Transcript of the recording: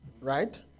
right